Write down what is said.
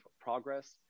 progress